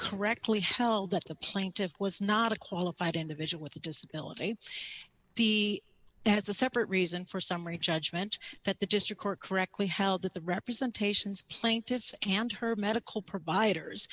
correctly held that the plaintiff was not a qualified individual with a disability d as a separate reason for summary judgment that the district court correctly held that the representations plaintiffs and her medical providers